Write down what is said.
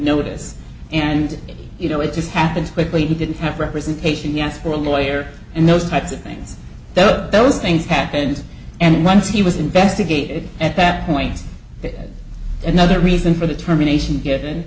notice and you know it just happens quickly he didn't have representation he asked for a lawyer and those types of things those things happened and once he was investigated at that point another reason for the termination